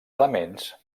elements